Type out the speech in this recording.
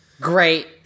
Great